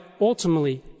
ultimately